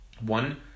one